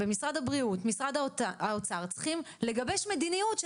במשרד הבריאות ומשרד האוצר צריכים לגבש מדיניות של